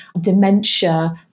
dementia